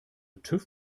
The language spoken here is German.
tüv